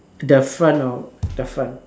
the front of the front